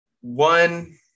One